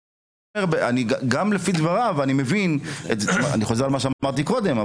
אבל גם לפי דבריו אני מבין אני חוזר על מה שאמרתי קודם,